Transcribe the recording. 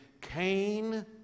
Cain